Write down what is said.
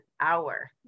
hour